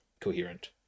Coherent